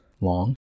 long